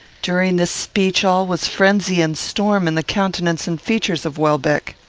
during this speech, all was frenzy and storm in the countenance and features of welbeck.